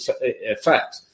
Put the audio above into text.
effect